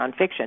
nonfiction